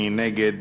מי נגד?